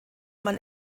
man